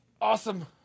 Awesome